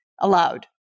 allowed